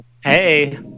hey